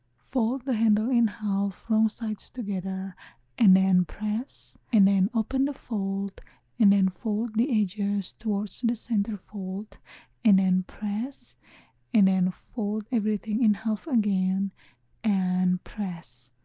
fold the handle in half wrong sides together and then press and then open the fold and then fold the edges towards the the center fold and then press and then fold everything in half again and press.